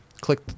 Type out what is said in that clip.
click